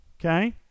Okay